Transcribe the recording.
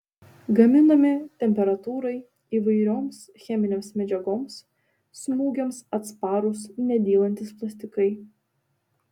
gaminami temperatūrai įvairioms cheminėms medžiagoms smūgiams atsparūs nedylantys plastikai